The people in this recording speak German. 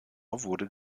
wurde